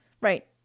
Right